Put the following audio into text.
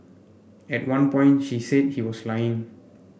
at one point she said he was lying